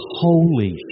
holy